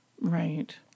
right